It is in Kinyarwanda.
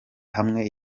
hamwe